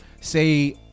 say